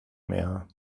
mehr